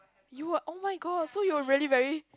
you were oh my god so you were really very